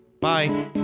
Bye